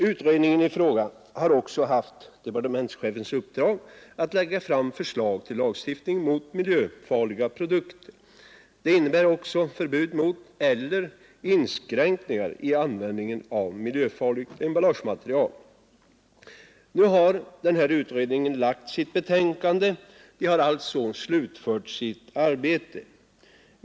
Utredningen i fråga har också haft departementschefens uppdrag att lägga fram förslag till lagstiftning mot miljöfarliga produkter. Detta inbegriper också förbud mot eller inskränkningar i användningen av miljöfarligt emballagematerial. Nu har denna utredning framlagt sitt betänkande — den har alltså slutfört sitt arbete.